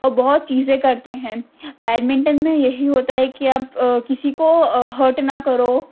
اور بہت چیزیں کرتے ہیں بیڈمنٹن میں یہی ہوتا ہے کہ اب کسی کو ہارٹ نہ کرو